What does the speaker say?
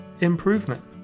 improvement